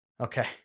Okay